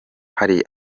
hari